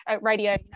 radio